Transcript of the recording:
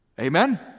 Amen